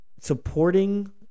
supporting